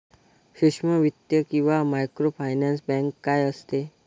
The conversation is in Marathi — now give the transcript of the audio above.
सूक्ष्म वित्त किंवा मायक्रोफायनान्स बँक काय असते?